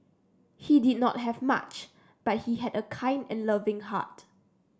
he did not have much but he had a kind and loving heart